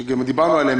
וגם דיברנו עליהן,